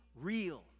real